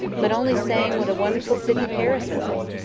but only saying what a wonderful city paris was!